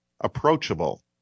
approachable